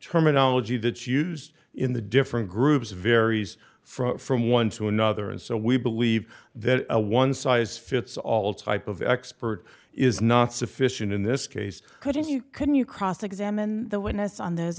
terminology that's used in the different groups varies from from one to another and so we believe that a one size fits all type of expert is not sufficient in this case couldn't you couldn't you cross examine the witness on those